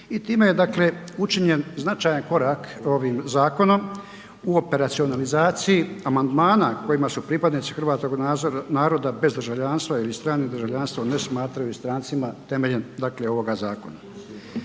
i time je, dakle učinjen značajan korak ovim zakonom u operacionalizaciji amandmana kojima su pripadnici hrvatskog naroda bez državljanstva ili stranim državljanstvom ne smatraju strancima temeljem, dakle ovoga zakona.